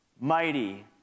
mighty